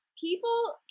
people